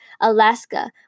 Alaska